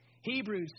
Hebrews